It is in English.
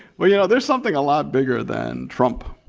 but you know, there's something a lot bigger than trump.